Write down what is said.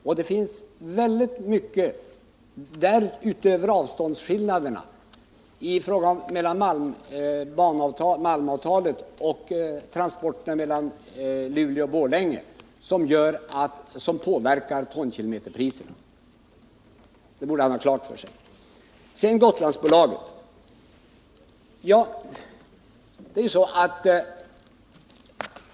Och det finns väldigt mycket där — utöver avståndsskillnaderna i fråga om malmavtalet och transporterna mellan Luleå och Borlänge — som påverkar tonkilometerpriserna. Det borde Olle Östrand ha klart för sig. Sedan några ord om Gotlandsbolaget.